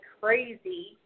crazy